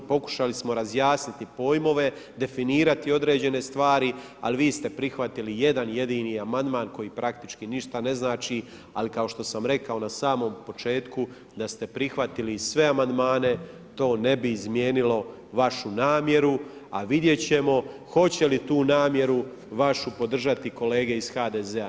Pokušali smo razjasniti pojmove, definirati određene stvari, ali vi ste prihvatili jedan jedini amandman koji praktički ništa ne znači, ali kao što sam rekao na samom početku da ste prihvatili i sve amandmane, to ne bi izmijenilo vašu namjeru, a vidjet ćemo hoće li tu namjeru vašu podržati kolege iz HDZ-a.